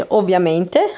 ovviamente